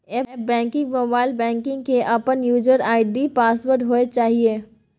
app banking, mobile banking के अपन user ID password होय चाहिए